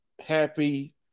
happy